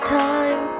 time